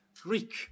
Greek